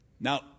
Now